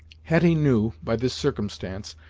hetty knew, by this circumstance,